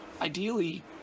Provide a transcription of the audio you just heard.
Ideally